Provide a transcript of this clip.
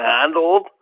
handled